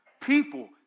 People